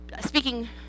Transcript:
Speaking